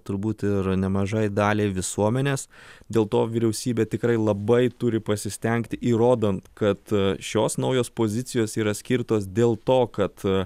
turbūt ir nemažai daliai visuomenės dėl to vyriausybė tikrai labai turi pasistengti įrodant kad šios naujos pozicijos yra skirtos dėl to kad